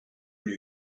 new